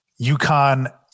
UConn